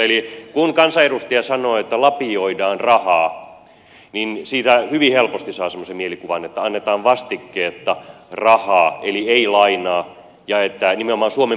eli kun kansanedustaja sanoo että lapioidaan rahaa niin siitä hyvin helposti saa semmoisen mielikuvan että annetaan vastikkeetta rahaa eli ei lainaa ja nimenomaan suomen budjetista